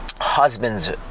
husband's